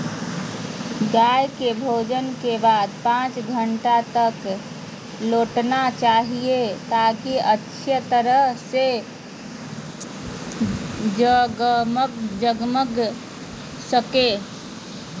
गाय के भोजन के बाद पांच घंटा तक लेटना चाहि, ताकि अच्छा तरह से जगमगा सकै